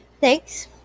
Thanks